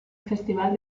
festival